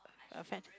a friend